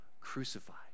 crucified